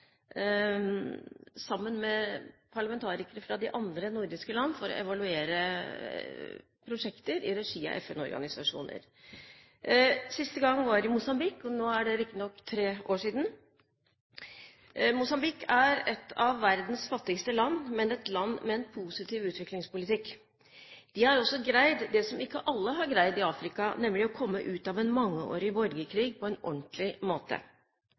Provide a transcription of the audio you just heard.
sammen med parlamentarikere fra de andre nordiske land for å evaluere prosjekter i regi av FN-organisasjoner. Siste gang var i Mosambik. Nå er det riktignok tre år siden. Mosambik er et av verdens fattigste land, men et land med en positiv utvikingspolitikk. De har også greid det som ikke alle har greid i Afrika, nemlig å komme ut av en mangeårig borgerkrig på en ordentlig måte.